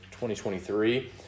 2023